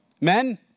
Men